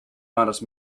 honest